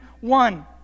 one